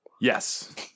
Yes